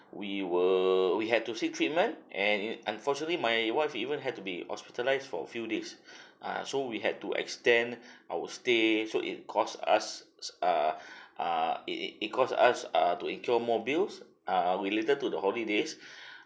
we were we had to seek treatment and in unfortunately my wife even had to be hospitalised for a few days ah so we had to extend our stay so it cost us uh uh it it it cost us err to incur more bills err related to the holidays